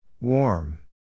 Warm